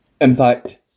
Impact